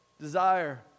desire